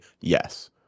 yes